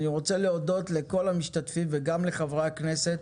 אני רוצה להודות לכל המשתתפים וגם לחברי הכנסת